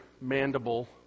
mandible